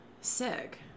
sick